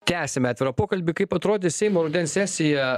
tęsiame atvirą pokalbį kaip atrodys seimo rudens sesija